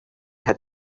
had